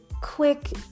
quick